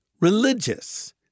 religious